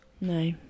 no